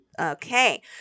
okay